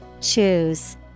Choose